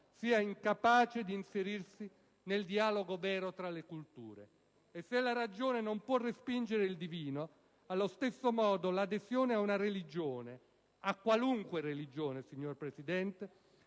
sia incapace di inserirsi nel dialogo vero tra le culture. E se la ragione non può respingere il divino, allo stesso modo l'adesione a una religione - a qualunque religione - non può essere